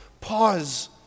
pause